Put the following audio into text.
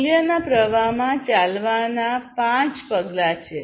મૂલ્યના પ્રવાહમાં ચાલવાનાં પાંચ પગલાં છે